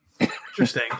Interesting